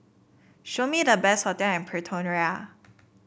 show me the best hotel in Pretoria